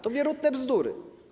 To wierutne bzdury.